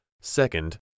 Second